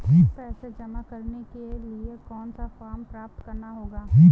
पैसा जमा करने के लिए कौन सा फॉर्म प्राप्त करना होगा?